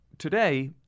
Today